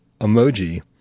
emoji